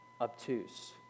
obtuse